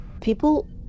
people